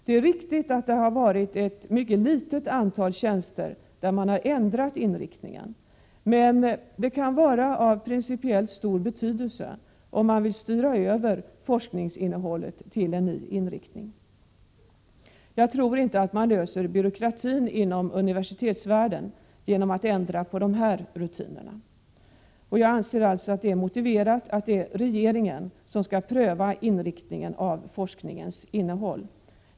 Det är riktigt att det endast varit ett mycket litet antal tjänster där inriktningen har ändrats, men möjligheten att ta ställning vad gäller tillsättning kan vara av principiellt stor betydelse om man vill styra över forskningsinnehållet till en ny inriktning. Jag tror inte att man löser problemen med byråkratin inom universitetsvärlden genom att ändra på de här rutinerna. Jag anser alltså att det är motiverat att ha regeln att regeringen skall pröva inriktningen av forskningens innehåll.